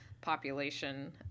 population